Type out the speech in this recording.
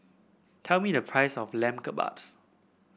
tell me the price of Lamb Kebabs